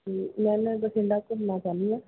ਅਤੇ ਮੈਂ ਨਾ ਬਠਿੰਡਾ ਘੁੰਮਣਾ ਚਾਹੁੰਦੀ ਹਾਂ